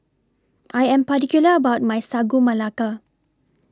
I Am particular about My Sagu Melaka